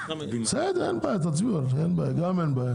בסדר אין בעיה, תצביעו אין בעיה.